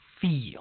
feel